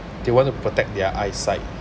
they want to protect their eyesight